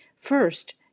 First